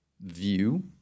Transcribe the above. view